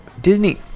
Disney